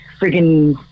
freaking